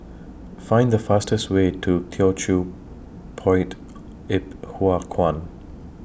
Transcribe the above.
Find The fastest Way to Teochew Poit Ip Huay Kuan